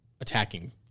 attacking